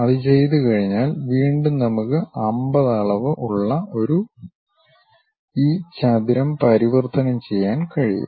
അത് ചെയ്തുകഴിഞ്ഞാൽ വീണ്ടും നമുക്ക് 50 അളവ് ഉള്ള ഈ ചതുരം പരിവർത്തനം ചെയ്യാൻ കഴിയും